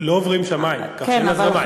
לא עוברים שם מים, כך שאין הזרמה.